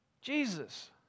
Jesus